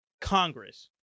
Congress